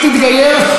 אם תתגייר,